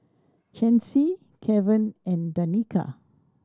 Chancy Keven and Danica